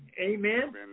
Amen